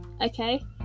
okay